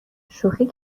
شوخی